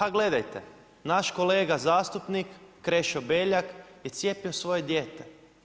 A gledajte, naš kolega zastupnik Krešo Beljak je cijepio svoje dijete.